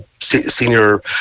senior